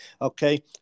okay